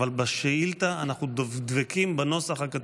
אבל בשאילתה אנחנו דבקים בנוסח הכתוב,